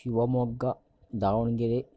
Shivamogga Davanagere